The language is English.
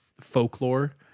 folklore